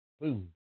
Boom